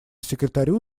секретарю